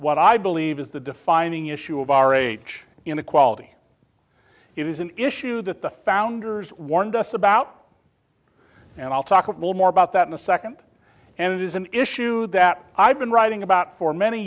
what i believe is the defining issue of our age inequality is an issue that the founders warned us about and i'll talk a little more about that in a second and it is an issue that i've been writing about for many